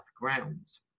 grounds